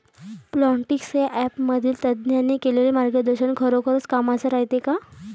Plantix या ॲपमधील तज्ज्ञांनी केलेली मार्गदर्शन खरोखरीच कामाचं रायते का?